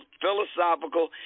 philosophical